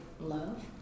love